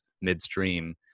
midstream